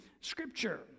scripture